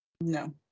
No